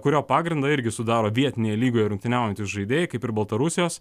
kurio pagrindą irgi sudaro vietinėj lygoj rungtyniaujantys žaidėjai kaip ir baltarusijos